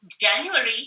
January